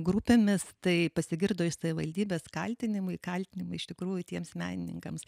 grupėmis tai pasigirdo iš savivaldybės kaltinimai kaltinimai iš tikrųjų tiems menininkams